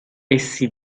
essi